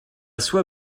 soie